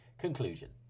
Conclusion